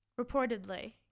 reportedly